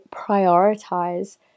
prioritize